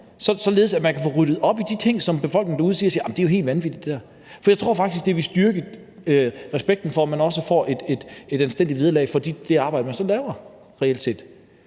således at man kan få ryddet op i de ting, som befolkningen derude siger er helt vanvittige. Jeg tror faktisk, det vil styrke respekten for, at man også får et anstændigt vederlag for det arbejde, man så reelt set